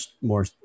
more